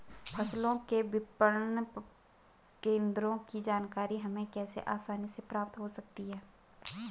फसलों के विपणन केंद्रों की जानकारी हमें कैसे आसानी से प्राप्त हो सकती?